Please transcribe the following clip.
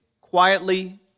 quietly